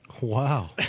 Wow